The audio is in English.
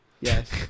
Yes